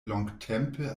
longtempe